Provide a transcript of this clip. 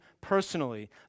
personally